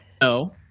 No